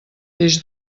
peix